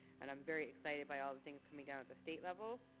and i'm very excited by all the things coming down at the state level.